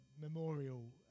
memorial